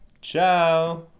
ciao